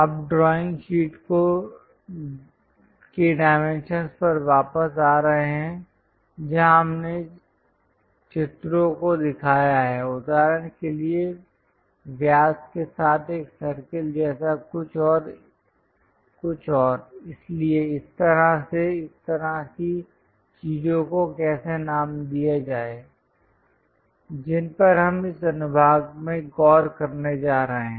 अब drawing sheet के dimensions पर वापस आ रहे हैं जहां हमने चित्रों को दिखाया है उदाहरण के लिए व्यास के साथ एक सर्कल जैसा कुछ और इसलिए इस तरह से इस तरह की चीजों को कैसे नाम दिया जाए जिन पर हम इस अनुभाग में गौर करने जा रहे हैं